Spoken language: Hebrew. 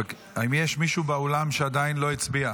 אבקש לחזור על שמות חברי הכנסת שעדיין לא הצביעו.